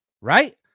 right